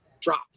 drop